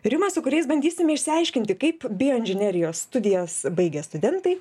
rimas su kuriais bandysime išsiaiškinti kaip bioinžinerijos studijas baigę studentai